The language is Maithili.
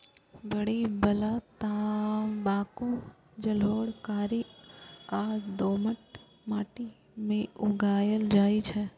बीड़ी बला तंबाकू जलोढ़, कारी आ दोमट माटि मे उगायल जाइ छै